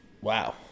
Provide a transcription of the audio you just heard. wow